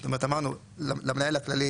כלומר למנהל הכללי